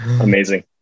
Amazing